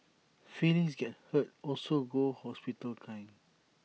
feelings get hurt also go hospital kind